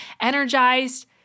energized